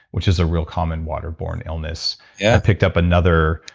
which is a real common water borne illness. yeah. i picked up another,